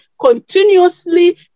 continuously